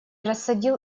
рассадил